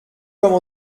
comme